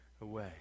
away